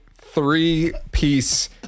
three-piece